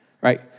right